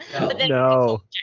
No